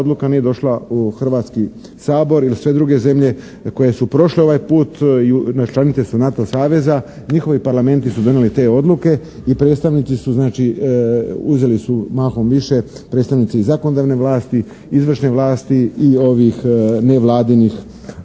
odluka nije došla u Hrvatski sabor jer sve druge zemlje koje su prošle ovaj put i članice su NATO saveza njihovi parlamenti su donijeli te odluke i predstavnici su znači, uzeli su mahom više predstavnici zakonodavne vlasti, izvršne vlasti i ovih nevladinih